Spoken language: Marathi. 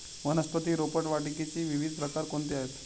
वनस्पती रोपवाटिकेचे विविध प्रकार कोणते आहेत?